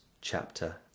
chapter